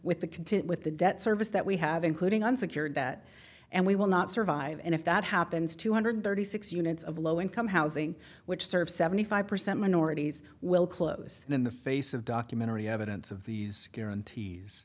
with the content with the debt service that we have including unsecured debt and we will not survive and if that happens two hundred thirty six units of low income housing which serves seventy five percent minorities will close in the face of documentary evidence of these guarantees